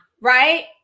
right